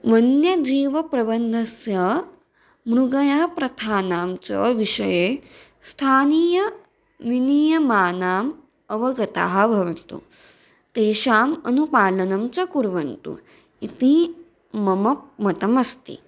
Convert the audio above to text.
वन्यजीवप्रबन्धस्य मृगयाप्रथानां च विषये स्थानीयविलीयमानानाम् अवगताः भवन्तु तेषाम् अनुपालनं च कुर्वन्तु इति मम मतमस्ति